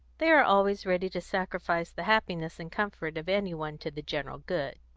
they are always ready to sacrifice the happiness and comfort of any one to the general good.